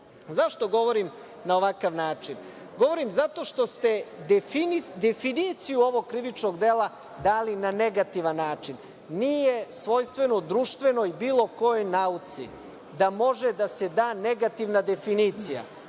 lica.Zašto govorim na ovakav način? Govorim zato što ste definiciju ovog krivičnog dela dali na negativan način. Nije svojstveno društvenoj i bilo kojoj nauci da može da se da negativna definicija.